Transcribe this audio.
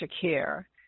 Care